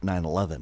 9-11